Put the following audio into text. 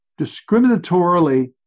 discriminatorily